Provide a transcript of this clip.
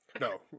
No